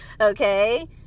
Okay